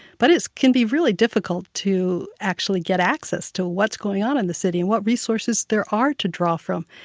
but it can be really difficult to actually get access to what's going on in the city and what resources there are to draw from.